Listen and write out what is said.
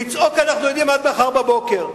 לצעוק אנחנו יודעים עד מחר בבוקר.